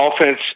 offense